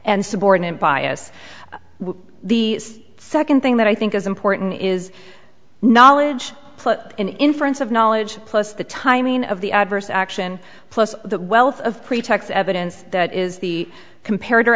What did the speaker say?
and subordinate bias the second thing that i think is important is knowledge an inference of knowledge plus the timing of the adverse action plus the wealth of pretexts evidence that is the compared or